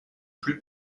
plus